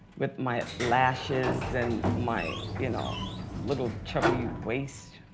with my lashes and my you know little chubby waste,